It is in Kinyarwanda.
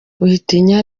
witinya